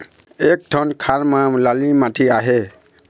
एक ठन खार म लाली माटी आहे?